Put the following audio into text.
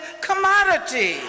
commodity